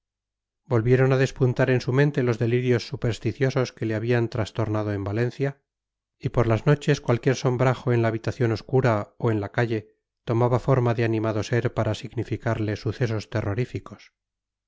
volvieron a despuntar en su mente los delirios supersticiosos que le habían trastornado en valencia y por las noches cualquier sombrajo en la habitación obscura o en la calle tomaba forma de animado ser para significarle sucesos terroríficos